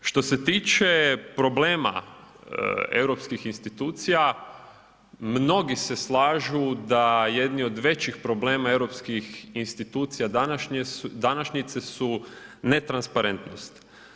Što se tiče problema europskih institucija, mnogi se slažu da jedni od većih problema europskih institucija današnjice su netransparentnost.